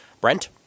Brent